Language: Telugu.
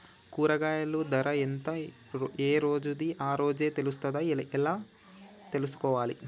కూరగాయలు ధర ఎంత ఏ రోజుది ఆ రోజే తెలుస్తదా ఎలా తెలుసుకోవాలి?